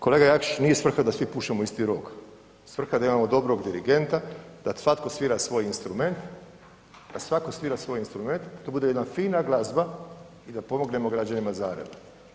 Kolega Jakšić, nije svrha da svi pušemo u isti rog, svrha je da imamo dobrog dirigenta, da svatko svira svoj instrument, da svatko svira svoj instrument da to bude jedna fina glazba i da pomognemo građanima Zagreba.